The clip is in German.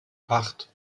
acht